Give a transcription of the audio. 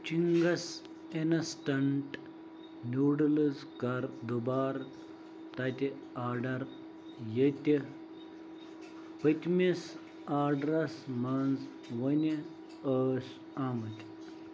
Ching's instant noodles کر دُبارٕ تَتہِ آرڈر ییٚتہِ پٔتمِس آرڈرَس مَنٛز وُنہٕ ٲس آمِتۍ